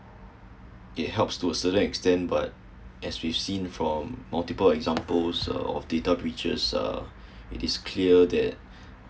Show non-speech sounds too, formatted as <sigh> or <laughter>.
it helps to a certain extent but as we seen from multiple examples of data breaches uh <breath> it is clear that <breath>